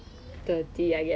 oh then change